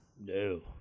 No